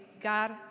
God